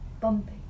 bumpy